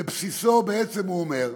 בבסיסו, בעצם, הוא אומר,